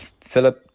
Philip